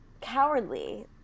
cowardly